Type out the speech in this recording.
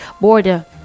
border